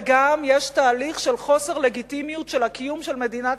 וגם יש תהליך של חוסר לגיטימיות של הקיום של מדינת